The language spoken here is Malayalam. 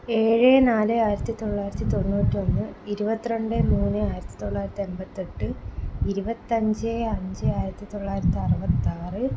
ഏഴ് നാല് ആയിരത്തി തൊള്ളായിരത്തി തൊണ്ണൂറ്റൊന്ന് ഇരുപത്തി രണ്ട് മൂന്ന് ആയിരത്തി തൊള്ളായിരത്തി അൻപത്തെട്ട് ഇരുപത്തിയഞ്ച് അഞ്ച് ആയിരത്തി തൊള്ളായിരത്തി അറുപത്തിയാറ്